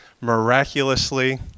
miraculously